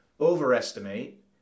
overestimate